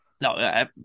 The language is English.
No